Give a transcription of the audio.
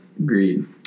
Agreed